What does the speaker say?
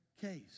case